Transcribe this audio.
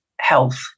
health